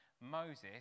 Moses